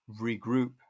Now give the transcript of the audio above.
regroup